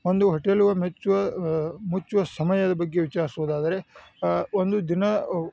ಒಂದು ಹೋಟೆಲು ಮೆಚ್ಚುವ ಮುಚ್ಚುವ ಸಮಯದ ಬಗ್ಗೆ ವಿಚಾರಿಸುವುದಾದರೆ ಒಂದು ದಿನ